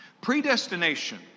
Predestination